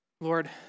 Lord